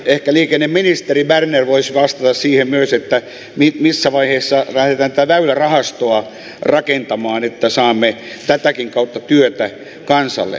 ehkä liikenneministeri berner voisi vastata myös siihen missä vaiheessa lähdetään tätä väylärahastoa rakentamaan että saamme tätäkin kautta työtä kansalle